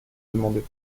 demander